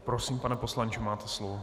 Prosím, pane poslanče, máte slovo.